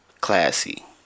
classy